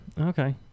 Okay